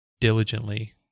diligently